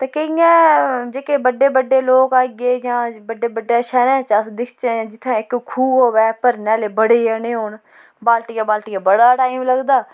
ते केइयें जेह्के बड्डे बड्डे लोक आई गे जां बड्डे बड्डे शैह्रें च अस दिखचै जित्थें इक खूह् होऐ भरने आह्ले बड़े जने होन बालटियै बालटियै बड़ा टाइम लगदा